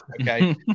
Okay